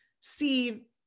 see